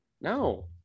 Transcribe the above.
No